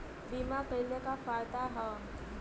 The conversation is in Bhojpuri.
बीमा कइले का का फायदा ह?